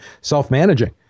self-managing